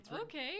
okay